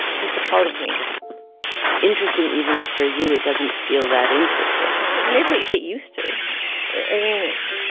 just a part of me it's interesting even that for you, it doesn't feel that interesting yeah, it's amazing what you get used to. i mean,